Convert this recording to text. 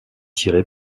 tirée